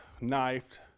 knifed